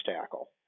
tackle